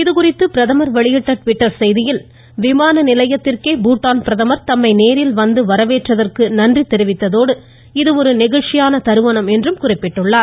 இதுகுறித்து பிரதமர் வெளியிட்ட ட்விட்டர் செய்தியில் விமான நிலையத்திந்கே பூடான் பிரதமர் தம்மை நேரில் வந்து வரவேந்தற்கு நன்றி தெரிவித்ததோடு இது ஒரு நெகிழ்ச்சியான தருணம் என்று தெரிவித்தள்ளாள்